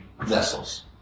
vessels